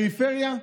"פריפריה"